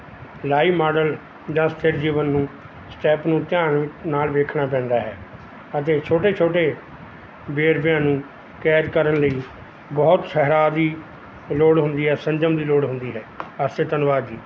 live model ਜਾਂ ਸਥੀਰ ਜੀਵਨ ਨੂੰ ਸਟੈਪ ਨੂੰ ਧਿਆਨ ਨਾਲ ਵੇਖਣਾ ਪੈਂਦਾ ਹੈ ਅਤੇ ਛੋਟੇ ਛੋਟੇ ਵੇਰਵਿਆਂ ਨੂੰ ਕੈਦ ਕਰਨ ਲਈ ਬਹੁਤ ਠਹਿਰਾਅ ਦੀ ਲੋੜ ਹੁੰਦੀ ਹੈ ਸੰਯਮ ਦੀ ਲੋੜ ਹੁੰਦੀ ਰਹੀ ਆਸੇ ਧੰਨਵਾਦ ਜੀ